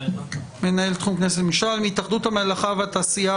מנהל תחום כנסת וממשלה; מהתאחדות המלאכה והתעשייה,